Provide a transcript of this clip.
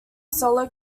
solo